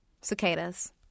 Cicadas